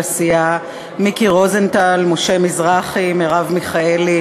העם (איסור מתן שירותי רפואה פרטית בבתי-חולים ציבוריים),